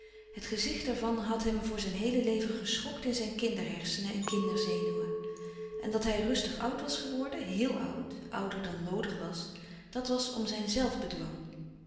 het gezicht er van had hem voor zijn heele leven geschokt in zijn kinderhersenen en kinderzenuwen en dat hij rustig oud was geworden heel oud ouder dan noodig was dat was om zijn